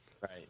Right